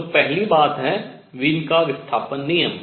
तो पहली बात है वीन का विस्थापन नियम